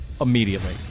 immediately